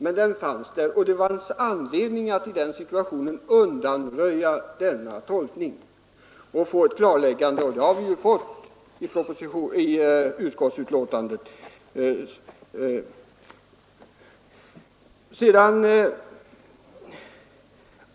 Men den tolkningen fanns, och det var anledning att i den situationen undanröja den och få ett klarläggande på den punkten. Det har vi ju också fått i utskottsbetänkandet.